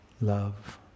love